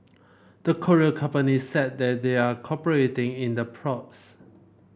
the Korean companies said they're cooperating in the probes